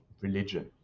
religion